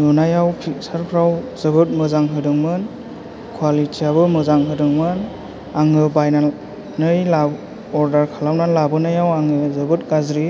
नुनायाव फिकसार्थफ्राव जोबोद मोजां होदोंमोन खवालिथियाबो मोजां होदोंमोन आङो बायनानै लाबो अर्दार खालामनानै लाबोनायाव जोबोद गाज्रि